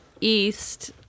east